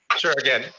sure again,